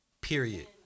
period